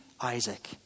Isaac